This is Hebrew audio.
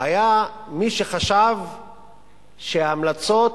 היה מי שחשב שההמלצות